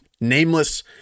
nameless